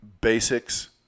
basics